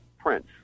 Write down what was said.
Prince